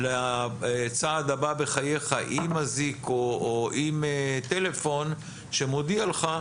לצעד הבא בחייך עם אזיק או עם טלפון שמודיע לך,